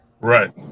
Right